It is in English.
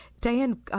Diane